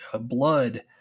blood